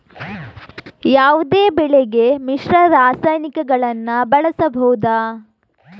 ಯಾವುದೇ ಬೆಳೆಗೆ ಮಿಶ್ರ ರಾಸಾಯನಿಕಗಳನ್ನು ಬಳಸಬಹುದಾ?